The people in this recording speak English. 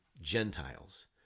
Gentiles